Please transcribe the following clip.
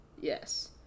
Yes